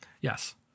Yes